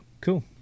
Cool